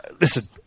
listen